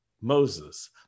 Moses